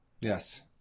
Yes